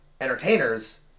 entertainers